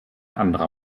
anderer